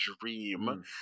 dream